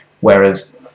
Whereas